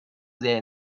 sehr